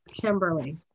Kimberly